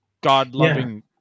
God-loving